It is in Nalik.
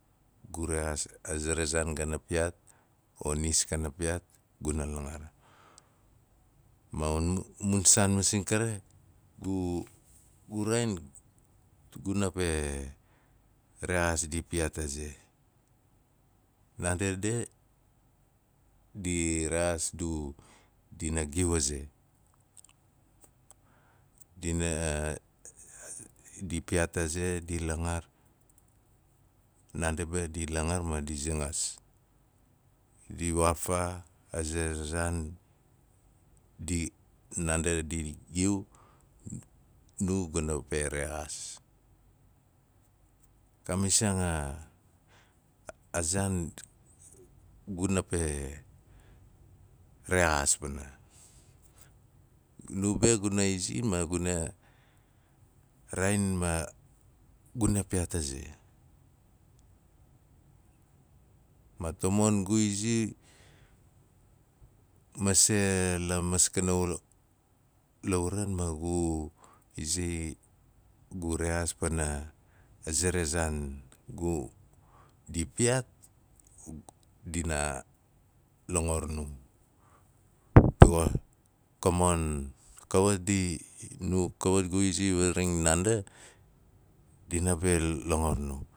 Gu rexaas a ze ra zaan gana piyaat o nis kana piyaat guna langar. Ma au- mu saan masing kari gu- u- u gu raain guna we, rexaas di piyaat a ze. Naandi de di rexaas du dina giu a ze. Dina a- a di piyaat aze di langar, naandi be di langar ma di zangas, di waa faa a ze ra zaan naangu di giu, nu guna pe rexaas, ka masiyaang a- a- a zaan guna pe rexaas pana nu be guna izi ma guna raain ma guna piyaat a ze. Ma tamon gu izi gu rexaazing a ze ra zaan gu kawa, kawat gu tzi varing naandi dina pe longor nu.